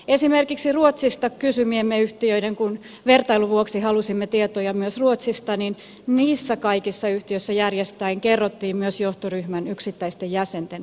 esimerkiksi ruotsista kysymissämme yhtiöissä kun vertailun vuoksi halusimme tietoja myös ruotsista kaikissa järjestään kerrottiin myös johtoryhmän yksittäisten jäsenten palkitsemistiedot julki